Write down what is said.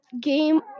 game